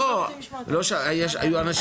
זה מדהים